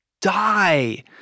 die